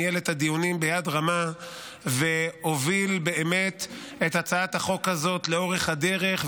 ניהל את הדיונים ביד רמה והוביל את הצעת החוק הזאת לאורך הדרך.